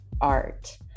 art